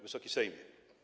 Wysoki Sejmie!